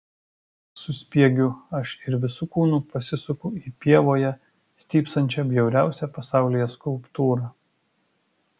suspiegiu aš ir visu kūnu pasisuku į pievoje stypsančią bjauriausią pasaulyje skulptūrą